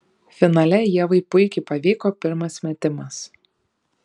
finale ievai puikiai pavyko pirmas metimas